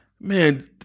man